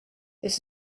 this